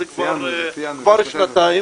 אז זה בזכותך,